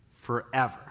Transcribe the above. forever